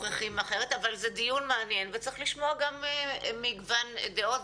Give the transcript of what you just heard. זה דיון מעניין וצריך לשמוע מגוון דעות.